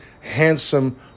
handsome